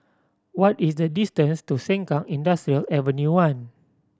what is the distance to Sengkang Industrial Avenue One